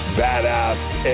badass